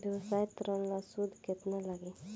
व्यवसाय ऋण ला सूद केतना लागी?